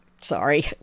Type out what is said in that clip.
sorry